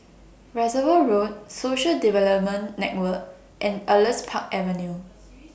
Reservoir Road Social Development Network and Elias Park Avenue